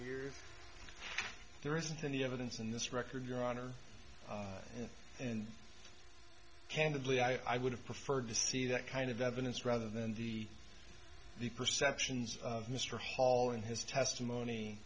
years there isn't any evidence in this record your honor and candidly i would have preferred to see that kind of evidence rather than the the perceptions of mr hall in his testimony